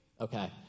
Okay